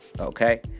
okay